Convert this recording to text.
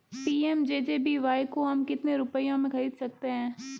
PMJJBY को हम कितने रुपयों में खरीद सकते हैं?